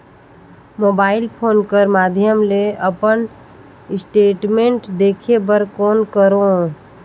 Mobile phone कर माध्यम ले अपन स्टेटमेंट देखे बर कौन करों?